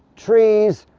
trees,